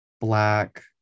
black